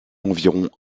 environ